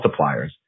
multipliers